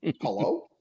Hello